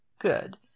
Good